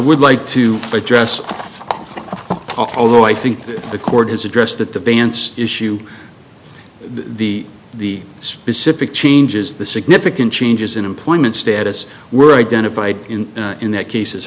would like to address although i think the court has addressed that the vance issue the the specific changes the significant changes in employment status were identified in that case